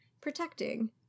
protecting